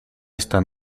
esta